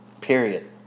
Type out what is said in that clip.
Period